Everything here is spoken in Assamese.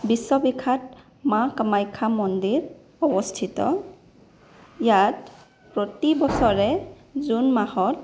বিশ্ববিখ্যাত মা কামাখ্যা মন্দিৰ অৱস্থিত ইয়াত প্ৰতিবছৰে জুন মাহত